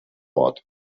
ort